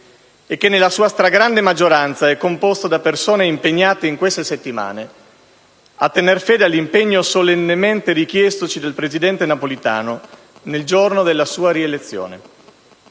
e che nella sua stragrande maggioranza è composto da persone impegnate in queste settimane a tener fede all'impegno solennemente richiestoci dal presidente Napolitano nel giorno della sua rielezione: